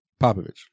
Popovich